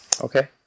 Okay